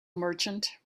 merchant